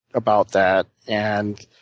about that. and